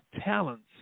talents